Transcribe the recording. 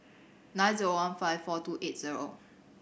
nine zero one five four two eight zero